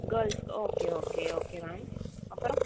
girls okay okay okay ma'am அப்புறம்